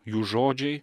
jų žodžiai